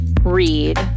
read